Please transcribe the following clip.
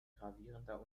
gravierender